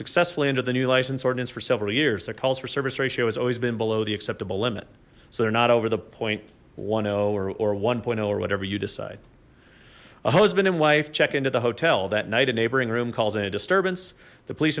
successfully under the new license ordinance for several years that calls for service ratio has always been below the acceptable limit so they're not over the point one hundred or one zero or whatever you decide a husband and wife check into the hotel that night a neighboring room calls any disturbance the police